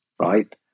right